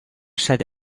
said